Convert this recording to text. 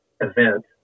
event